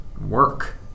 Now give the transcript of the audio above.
Work